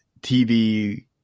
TV